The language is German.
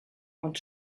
und